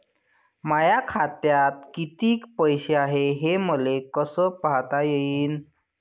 माया खात्यात कितीक पैसे हाय, हे मले कस पायता येईन?